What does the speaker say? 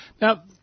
now